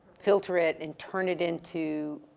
filter it, and turn it into,